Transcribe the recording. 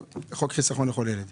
כבר זמן רב.